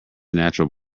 natural